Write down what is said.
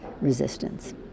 resistance